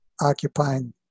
occupying